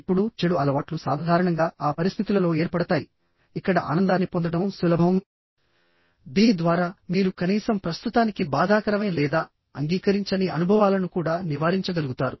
ఇప్పుడు చెడు అలవాట్లు సాధారణంగా ఆ పరిస్థితులలో ఏర్పడతాయి ఇక్కడ ఆనందాన్ని పొందడం సులభందీని ద్వారా మీరు కనీసం ప్రస్తుతానికి బాధాకరమైన లేదా అంగీకరించని అనుభవాలను కూడా నివారించగలుగుతారు